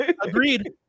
Agreed